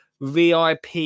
VIP